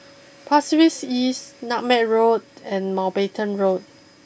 Pasir Ris East Nutmeg Road and Mountbatten Road